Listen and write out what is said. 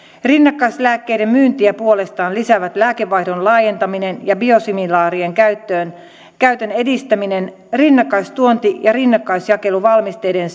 rinnakkaislääkkeiden myyntiä puolestaan lisäävät lääkevaihdon laajentaminen ja biosimilaarien käytön edistäminen rinnakkaistuonti ja rinnakkaisjakeluvalmisteiden